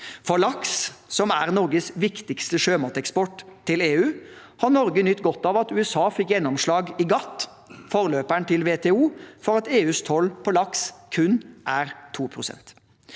For laks, som er Norges viktigste sjømateksport til EU, har Norge nytt godt av at USA fikk gjennomslag i GATT, forløperen til WTO, for at EUs toll på laks kun er 2